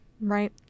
Right